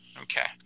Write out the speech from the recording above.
Okay